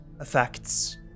effects